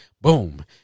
boom